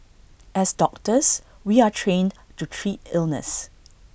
as doctors we are trained to treat illness